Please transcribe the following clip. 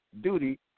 duty